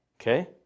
Okay